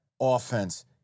offense